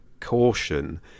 caution